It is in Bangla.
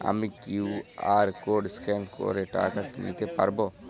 আমি কিউ.আর কোড স্ক্যান করে টাকা দিতে পারবো?